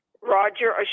Roger